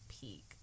peak